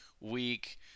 week